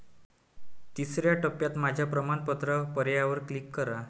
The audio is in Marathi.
तिसर्या टप्प्यात माझ्या प्रमाणपत्र पर्यायावर क्लिक करा